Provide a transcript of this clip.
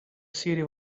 city